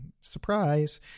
surprise